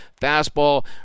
fastball